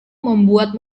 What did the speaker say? membuat